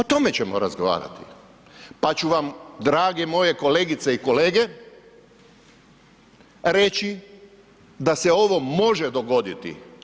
O tome ćemo razgovarati pa ću vam drage moje kolegice i kolege, reći da se ovo može dogoditi.